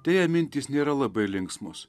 deja mintys nėra labai linksmos